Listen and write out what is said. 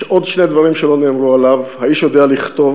יש עוד שני דברים שלא נאמרו עליו: האיש יודע לכתוב,